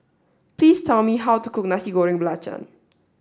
please tell me how to cook Nasi Goreng Belacan